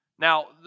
Now